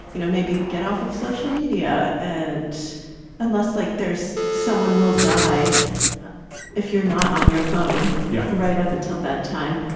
you know, maybe get off of social media and unless like there's someone will die if you're not on your phone. yeah, right up until bedtime,